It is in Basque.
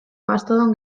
mastodon